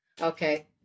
okay